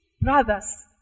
brothers